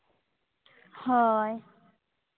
ᱦᱳᱭ